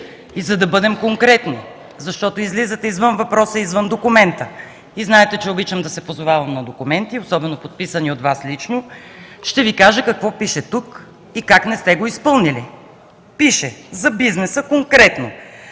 И за да бъдем конкретни, защото излизате извън въпроса, извън документа и знаете, че обичам да се позовавам на документи, особено подписани от Вас лично, ще Ви кажа какво пише тук и как не сте го изпълнили. Пише за бизнеса конкретно